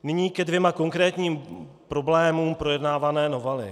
Nyní ke dvěma konkrétním problémům projednávané novely.